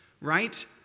right